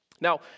Now